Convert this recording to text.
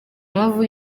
impamvu